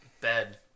bed